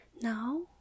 now